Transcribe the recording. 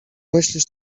myślisz